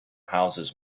houses